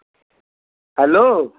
hello